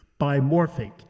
bimorphic